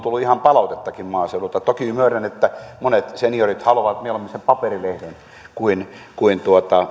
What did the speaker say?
tullut ihan palautettakin maaseudulta toki myönnän että monet seni orit haluavat mieluummin sen paperilehden kuin kuin